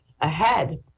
ahead